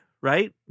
right